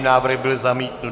Návrh byl zamítnut.